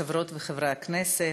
חברות וחברי הכנסת,